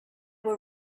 were